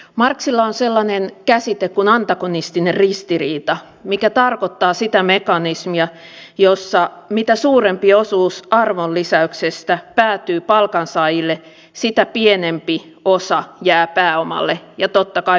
marxilla on sellainen käsite kuin antagonistinen ristiriita joka tarkoittaa sitä mekanismia jossa mitä suurempi osuus arvonlisäyksestä päätyy palkansaajille sitä pienempi osa jää pääomalle ja totta kai päinvastoin